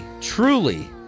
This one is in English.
truly